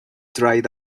dried